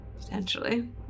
Potentially